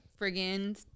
friggin